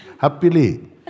Happily